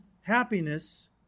happiness